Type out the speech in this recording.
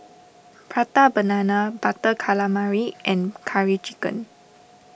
Prata Banana Butter Calamari and Curry Chicken